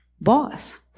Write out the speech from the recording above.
boss